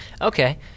Okay